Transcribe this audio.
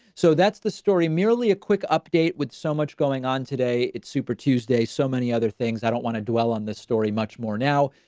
so that's the story. merely a quick update with so much going on today. it's super tuesday, so many other things. i don't wanna dwell on this story much more now,